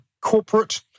corporate